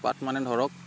পাত মানে ধৰক